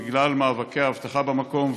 בגלל המאבקים בתחום האבטחה במקום,